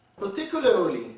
particularly